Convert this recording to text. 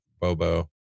Bobo